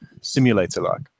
simulator-like